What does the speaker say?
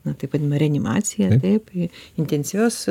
na taip vadinamą reanimaciją taip į intensyvios